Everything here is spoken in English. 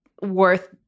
worth